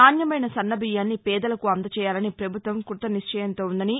నాణ్యమైన సన్న బియ్యాన్ని పేదలకు అందచేయాలని పభుత్వం క్బతనిశ్చయంతో వుందని